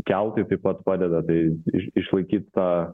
keltai taip pat padeda tai išlaikyt tą